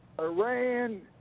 Iran